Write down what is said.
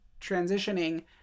transitioning